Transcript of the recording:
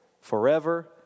forever